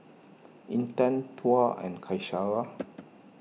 Intan Tuah and Qaisara